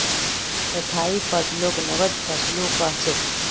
स्थाई फसलक नगद फसलो कह छेक